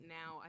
now